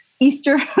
Easter